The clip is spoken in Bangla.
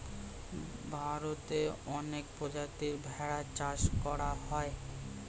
ভারতে অনেক প্রজাতির ভেড়া চাষ করা হয়